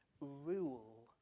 rule